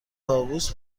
طاووس